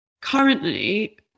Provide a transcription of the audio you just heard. currently